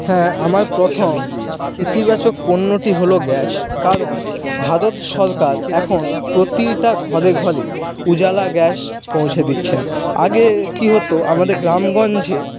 হ্যাঁ আমার প্রথম ইতিবাচক পণ্যটি হলো গ্যাস কারণ ভারত সরকার এখন প্রতিটা ঘরে ঘরে উজালা গ্যাস পৌঁছে দিচ্ছেন আগে কি হতো আমাদের গ্রাম গঞ্জে